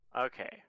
Okay